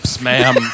ma'am